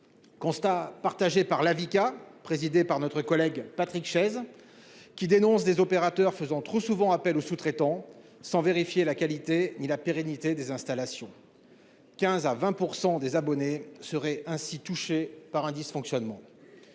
Constat partagé par la Vicat présidée par notre collègue Patrick Chaize. Qui dénonce des opérateurs faisant trop souvent appel aux sous-traitants sans vérifier la qualité ni la pérennité des installations. 15 à 20% des abonnés seraient ainsi touchés par un dysfonctionnement.